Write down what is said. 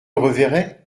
reverrai